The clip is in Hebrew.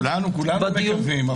כולנו מקווים.